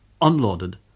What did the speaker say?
unloaded